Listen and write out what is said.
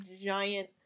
giant